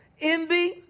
envy